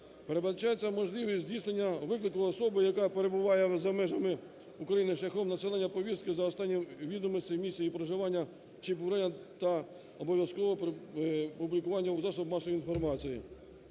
передбачається можливість здійснення виклику особи, яка перебуває за межами України шляхом надсилання повістки за останніми відомостями місця її проживання чи перебування та обов'язкове опублікування у засобах масової інформації